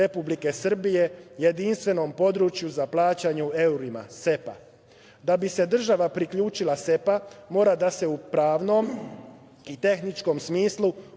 Republike Srbije jedinstvenom području za plaćanje u evrima – SEPA.Da bi se država priključila SEPA-i, mora da se u pravnom i tehničkom smislu